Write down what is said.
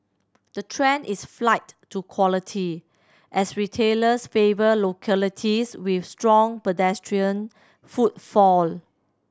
the trend is flight to quality as retailers favour localities with strong pedestrian footfall